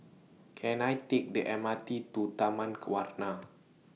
Can I Take The M R T to Taman Warna